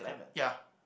ya